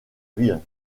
ville